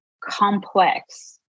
complex